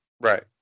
Right